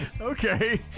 Okay